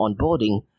onboarding